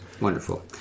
Wonderful